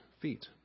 feet